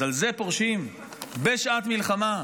אז על זה פורשים בשעת מלחמה,